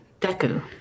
Deku